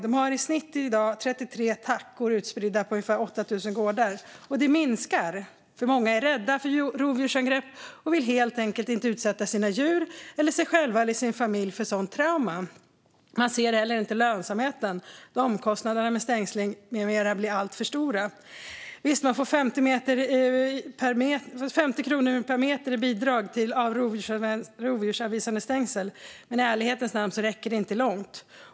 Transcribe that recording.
Man har i dag i snitt 33 tackor, utspridda på ungefär 8 000 gårdar. Och det minskar. Många är rädda för rovdjursangrepp och vill helt enkelt inte utsätta sina djur eller sig själva och sin familj för ett sådant trauma. Man ser inte heller lönsamheten då omkostnaderna med stängsling med mera blir alltför stora. Visst, man får 50 kronor per meter i bidrag till rovdjursavvisande stängsel, men i ärlighetens namn räcker det inte långt.